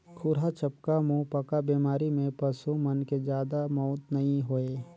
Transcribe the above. खुरहा चपका, मुहंपका बेमारी में पसू मन के जादा मउत नइ होय